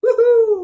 Woohoo